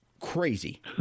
crazy